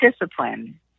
discipline